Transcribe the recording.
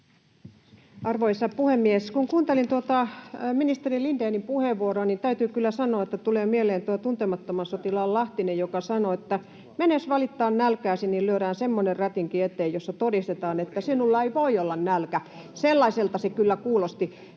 Arvoisa puhemies! Kun kuuntelin tuota ministeri Lindénin puheenvuoroa, niin täytyy kyllä sanoa, että tulee mieleen tuo Tuntemattoman sotilaan Lahtinen, joka sanoi: ”Menes valittaan nälkääsi, niin lyödään semmonen rätinki eteesi, jossa todistetaan, ettei sinulla voi olla nälkä.” Sellaiselta se kyllä kuulosti.